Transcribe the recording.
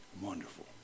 Wonderful